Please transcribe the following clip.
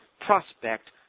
prospect